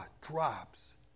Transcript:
drops